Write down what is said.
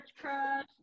crush